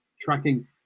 tracking